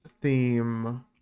theme